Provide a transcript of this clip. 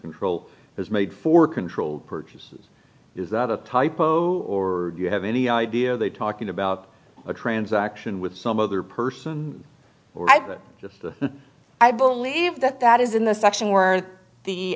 control has made for controlled purchases is that a typo or do you have any idea they talking about a transaction with some other person or either to i believe that that is in the section where the